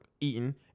eaten